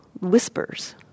whispers